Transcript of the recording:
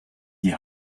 die